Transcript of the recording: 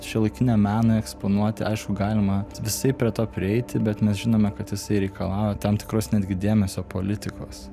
šiuolaikiniam menui eksponuoti aišku galima visaip prie to prieiti bet mes žinome kad jisai reikalauja tam tikros netgi dėmesio politikos